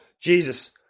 Jesus